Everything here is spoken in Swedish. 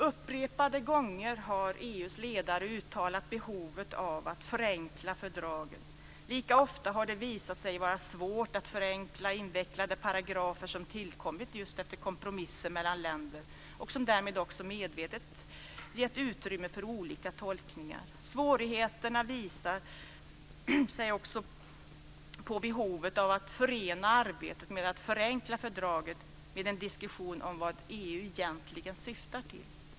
Upprepade gånger har EU:s ledare uttalat behovet av att förenkla fördragen. Lika ofta har det visat sig vara svårt att förenkla invecklade paragrafer som tillkommit just efter kompromisser mellan länder och som därmed också medvetet gett utrymme för olika tolkningar. Svårigheterna visar sig också på behovet av att förena arbetet med att förenkla fördragen med en diskussion om vad EU egentligen syftar till.